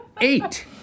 Eight